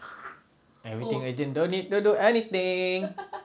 everything urgent don't need don't do anything